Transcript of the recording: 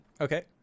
Okay